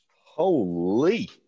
Holy